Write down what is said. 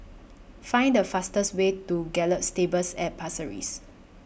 Find The fastest Way to Gallop Stables At Pasir Ris